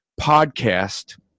podcast